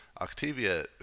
Octavia